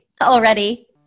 already